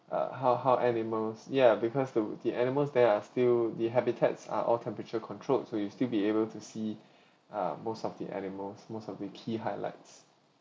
uh how how animals ya because the the animals there are still the habitats are all temperature control so you'll still be able to see uh most of the animals most of the key highlights